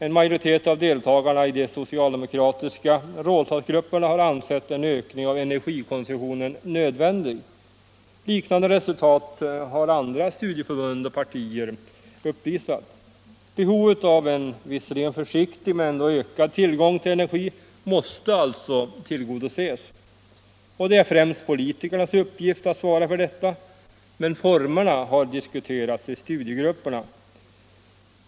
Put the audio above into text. En majoritet av deltagarna i de socialdemokratiska rådslagsgrupperna har ansett en ökning av energikonsumtionen nödvändig. Liknande resultat har andra studieförbund och partier uppvisat. Behovet av en ökad tillgång till energi måste alltså tillgodoses, låt vara med försiktighet. Det är främst politikernas uppgift att svara för detta, men formerna har diskuterats i studiegrupperna.